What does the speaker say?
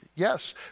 Yes